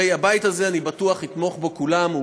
הרי הבית הזה, אני בטוח, יתמוך בה, כולם.